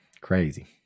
Crazy